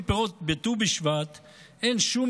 לכן ברור שכשאוכלים פירות בט"ו בשבט אין שום